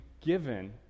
given